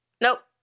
nope